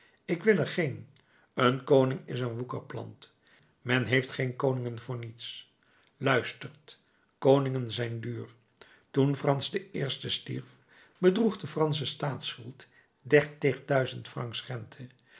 ik wil er geen een koning is een woekerplant men heeft geen koningen voor niets luistert koningen zijn duur toen frans i stierf bedroeg de fransche staatsschuld dertigduizend francs